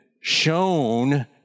shown